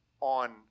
on